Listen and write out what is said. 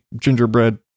gingerbread